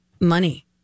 Money